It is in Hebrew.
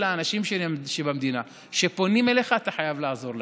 האנשים שבמדינה שפונים אליך אתה חייב לעזור להם.